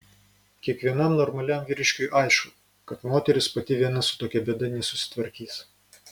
kiekvienam normaliam vyriškiui aišku kad moteris pati viena su tokia bėda nesusitvarkys